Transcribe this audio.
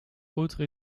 autre